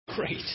great